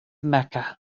mecca